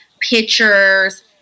pictures